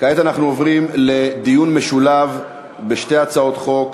כעת אנחנו עוברים לדיון משולב בשתי הצעות חוק: